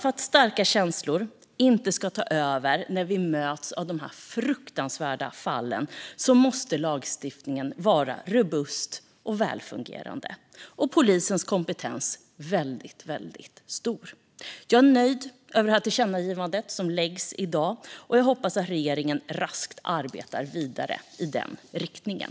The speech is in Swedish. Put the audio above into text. För att starka känslor inte ska ta över när vi möter dessa fruktansvärda fall måste lagstiftningen vara robust och välfungerande och polisens kompetens stor. Jag är nöjd med dagens tillkännagivande och hoppas att regeringen raskt arbetar vidare i den riktningen.